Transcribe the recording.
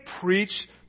preach